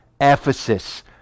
Ephesus